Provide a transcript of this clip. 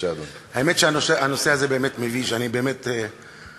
רוצה להצטרף להערכות ולתודות לחבר הכנסת איציק שמולי,